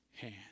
hand